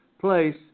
place